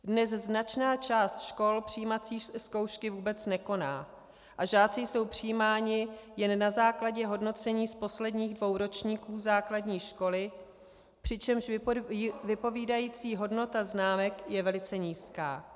Dnes značná část škol přijímací zkoušky vůbec nekoná a žáci jsou přijímáni jen na základě hodnocení z posledních dvou ročníků základní školy, přičemž vypovídající hodnota známek je velice nízká.